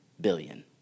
billion